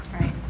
right